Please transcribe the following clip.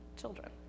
children